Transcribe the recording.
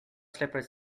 slippers